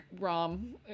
rom